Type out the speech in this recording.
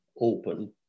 open